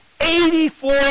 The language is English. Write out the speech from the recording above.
Eighty-four